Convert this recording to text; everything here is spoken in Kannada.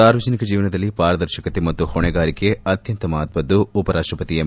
ಸಾರ್ವಜನಿಕ ಜೀವನದಲ್ಲಿ ಪರಾದರ್ಶಕತೆ ಮತ್ತು ಹೊಣೆಗಾರಿಕೆ ಅತ್ಯಂತ ಮಹತ್ತದ್ದು ಉಪರಾಷ್ಟಪತಿ ಎಂ